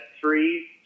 three